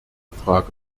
frage